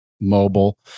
mobile